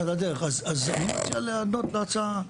על הדרך, אז אני מציע להיענות להצעה.